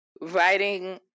writing